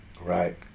Right